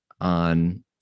on